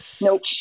nope